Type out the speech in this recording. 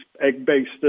egg-based